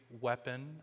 weapon